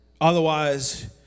Otherwise